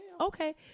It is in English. Okay